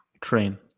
train